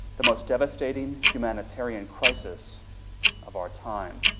the most dave stating humanitarian crisis of our time.